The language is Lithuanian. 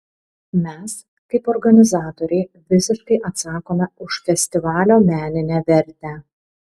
mes kaip organizatoriai visiškai atsakome už festivalio meninę vertę